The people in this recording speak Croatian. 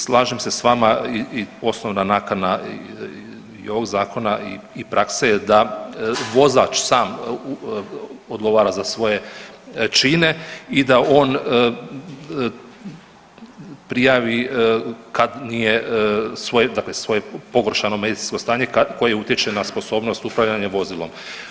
Slažem se s vama i osnovna nakana i ovog Zakona i prakse je da vozač sam odgovara za svoje čine i da on prijavi kad nije svoj, dakle svoje pogoršano medicinsko stanje koje utječe na sposobnost upravljanja vozilom.